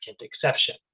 exception